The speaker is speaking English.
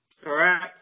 Correct